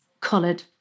coloured